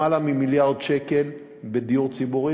למעלה ממיליארד שקל בדיור ציבורי,